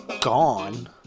gone